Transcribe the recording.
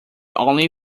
only